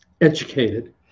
educated